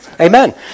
Amen